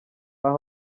aha